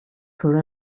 for